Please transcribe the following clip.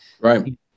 right